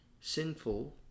sinful